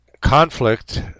conflict